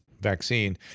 vaccine